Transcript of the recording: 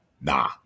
Nah